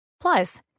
Plus